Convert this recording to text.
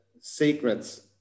secrets